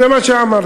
זה מה שאמרת.